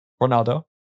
Ronaldo